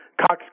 Cox